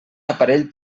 aparell